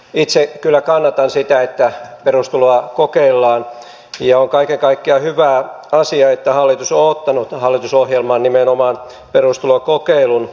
itse kyllä kannatan sitä että perustuloa kokeillaan ja on kaiken kaikkiaan hyvä asia että hallitus on ottanut hallitusohjelmaan nimenomaan perustulokokeilun